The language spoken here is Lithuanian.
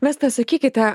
vesta sakykite